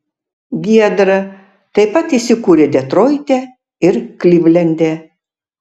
giedra taip pat įsikūrė detroite ir klivlende